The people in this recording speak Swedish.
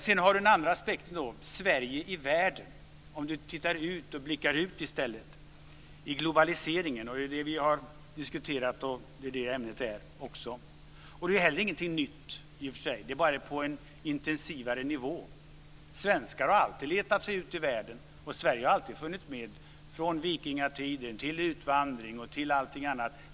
Sedan har vi den andra aspekten, dvs. Sverige i världen, om vi blickar ut i stället, globaliseringen. Det är det vi har diskuterat, och det är också ämnet här. Det är inte heller någonting nytt; det är bara på en mer intensiv nivå. Svenskar har alltid letat sig ut i världen, och Sverige har alltid funnits med, från vikingatiden, till utvandring och allting annat.